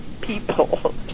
people